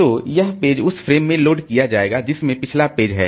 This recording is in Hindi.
तो यह पेज उस फ्रेम में लोड किया जाएगा जिसमें पिछला पेज है